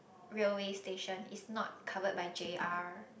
railway station is not covered by J_R